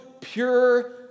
pure